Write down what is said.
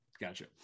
gotcha